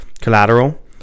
collateral